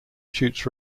shoots